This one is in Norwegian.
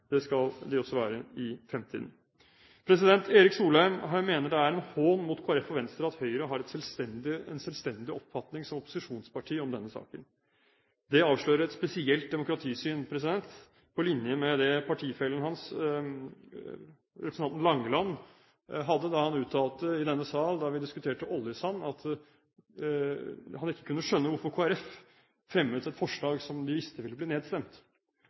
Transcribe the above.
det skal de også være i fremtiden. Erik Solheim mener det er en hån mot Kristelig Folkeparti og Venstre at Høyre som opposisjonsparti har en selvstendig oppfatning om denne saken. Det avslører et spesielt demokratisyn på linje med det partifellen hans, representanten Langeland, hadde da han uttalte i denne sal da vi diskuterte oljesand, at han ikke kunne skjønne at Kristelig Folkeparti fremmet et forslag som de visste ville bli nedstemt.